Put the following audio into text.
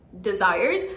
desires